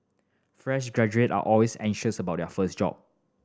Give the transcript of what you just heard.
fresh graduate are always anxious about their first job